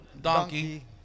donkey